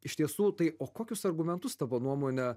iš tiesų tai o kokius argumentus tavo nuomone